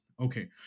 Okay